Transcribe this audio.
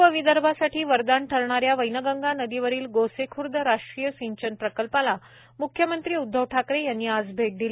पूर्व विदर्भासाठी वरदान ठरणाऱ्या वैनगंगा नदीवरील गोसेख्र्द राष्ट्रीय सिंचन प्रकल्पाला मुख्यमंत्री उद्धव ठाकरे यांनी आज भेट दिली